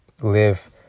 live